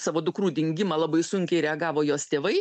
savo dukrų dingimą labai sunkiai reagavo jos tėvai